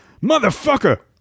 Motherfucker